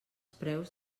preus